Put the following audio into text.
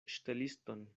ŝteliston